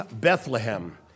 Bethlehem